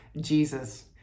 Jesus